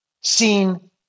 seen